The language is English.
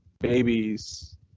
Babies